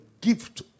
gift